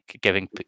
giving